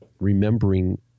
remembering